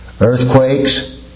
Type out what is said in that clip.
Earthquakes